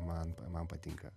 man man patinka